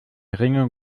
ringe